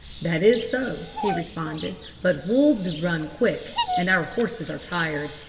that is so he responded, but wolves run quick, and our horses are tired.